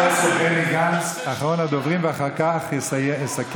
חבר הכנסת בני גנץ, אחרון הדוברים, ואחר כך יסכם